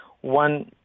One